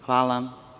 Hvala.